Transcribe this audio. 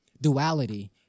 duality